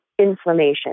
Inflammation